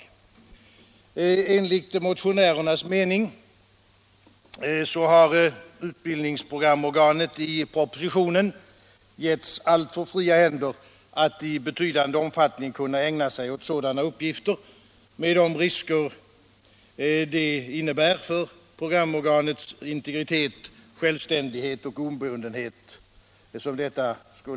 Enligt motionärernas mening har utbildningsprogramorganet i propositionen getts alltför fria händer att i betydande omfattning kunna ägna sig åt sådana uppgifter med de risker det innebär för programorganets integritet, självständighet och obundenhet.